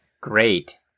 great